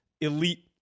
elite